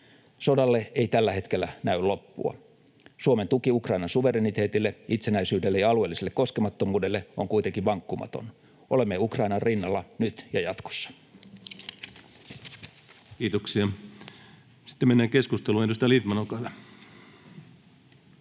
Sodalle ei tällä hetkellä näy loppua. Suomen tuki Ukrainan suvereniteetille, itsenäisyydelle ja alueelliselle koskemattomuudelle on kuitenkin vankkumatonta. Olemme Ukrainan rinnalla nyt ja jatkossa. [Speech 4] Speaker: Ensimmäinen varapuhemies